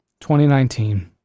2019